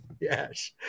Yes